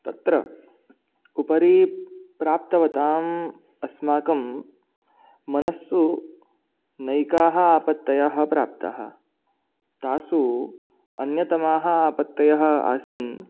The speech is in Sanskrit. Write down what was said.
तत्र उपरि प्राप्तवताम् अस्माकं मनस्सु नैकाः आपत्तयः प्राप्ताः तासु अन्यतमाः आपत्तयः आसन्